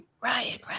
Ryan